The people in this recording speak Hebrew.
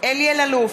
אלי אלאלוף,